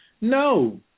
No